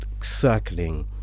circling